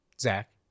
Zach